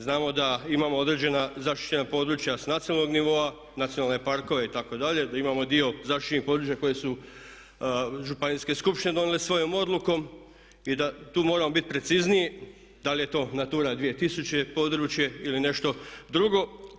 Znamo da imamo određena zaštićena područja sa nacionalnog nivoa, nacionalne parkove itd., da imamo dio zaštićenih područja koje su županijske skupštine donijele svojom odlukom i da tu moramo bit precizniji da li je to Natura 2000 područje ili nešto drugo.